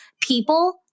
people